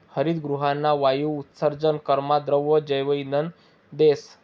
हरितगृहना वायु उत्सर्जन करामा द्रव जैवइंधन देस